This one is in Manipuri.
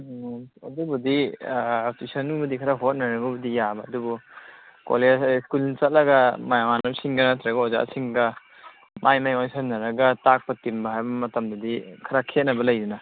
ꯎꯝ ꯑꯗꯨꯕꯨꯗꯤ ꯇ꯭ꯌꯨꯁꯟꯕꯨꯗꯤ ꯈꯔ ꯍꯣꯠꯅꯔꯒꯕꯨꯗꯤ ꯌꯥꯕ ꯑꯗꯨꯕꯨ ꯀꯣꯂꯦꯖ ꯁ꯭ꯀꯨꯜ ꯆꯠꯂꯒ ꯃꯃꯥꯟꯅꯕꯁꯤꯡꯒ ꯅꯠꯇ꯭ꯔꯒ ꯑꯣꯖꯥꯁꯤꯡꯒ ꯃꯥꯏ ꯃꯥꯏ ꯑꯣꯟꯁꯤꯟꯅꯔꯒ ꯇꯥꯛꯄ ꯇꯤꯟꯕ ꯍꯥꯏꯕ ꯃꯇꯝꯗꯗꯤ ꯈꯔ ꯈꯦꯠꯅꯕ ꯂꯩꯗꯅ